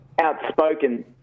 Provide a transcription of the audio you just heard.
outspoken